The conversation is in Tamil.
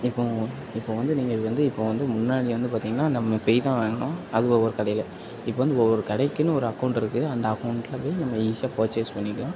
இப்போ இப்போ வந்து நீங்கள் வந்து இப்போ வந்து முன்னாடி வந்து பார்த்தீங்கன்னா நம்ம போய்தான் வாங்குனோம் அது ஒவ்வொரு கடையில இப்போ வந்து ஒவ்வொரு கடைக்கின்னு ஒரு அக்கவுண்ட் இருக்கு அந்த அக்கவுண்ட்டில் போய் நம்ம ஈஸியாக பர்ச்சஸ் பண்ணிக்கலாம்